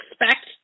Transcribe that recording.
expect